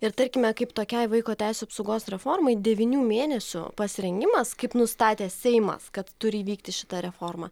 ir tarkime kaip tokiai vaiko teisių apsaugos reformai devynių mėnesių pasirengimas kaip nustatė seimas kad turi įvykti šita reforma